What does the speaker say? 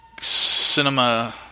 cinema